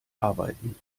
arbeiten